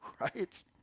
Right